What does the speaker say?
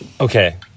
Okay